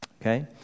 Okay